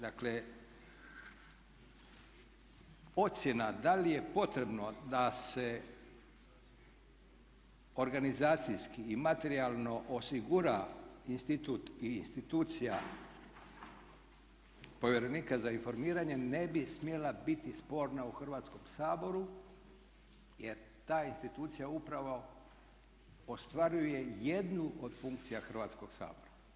Dakle ocjena da li je potrebno da se organizacijski i materijalno osigura institut i institucija povjerenika za informiranje ne bi smjela biti sporna u Hrvatskom saboru jer ta institucija ostvaruje jednu od funkcija Hrvatskoga sabora.